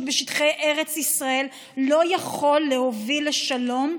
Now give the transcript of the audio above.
בשטחי ארץ ישראל לא יכול להוביל לשלום,